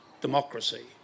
democracy